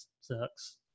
sucks